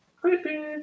creepy